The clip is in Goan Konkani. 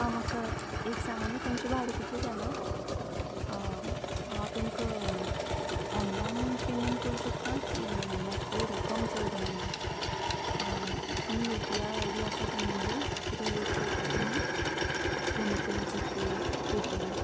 आं म्हाका एक सांगा न्ही तुमचे भाडे कितले जाले हांव तुमका ऑनलायन पेमेंट करूं शकता की म्हाजे कडे रक्कम चड ना म्हण तुमी युपीआय आयडी आसा तुम गेली कितें यबूज करता तुमी PhonePe GPay Paytm